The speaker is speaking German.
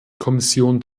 kommission